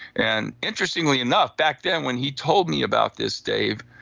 and interestingly enough, back then when he told me about this, dave,